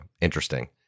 interesting